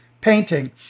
painting